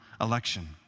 election